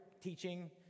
teaching